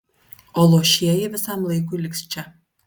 o luošieji visam laikui liks čia